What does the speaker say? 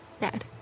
Dad